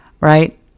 right